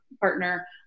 partner